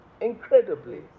incredibly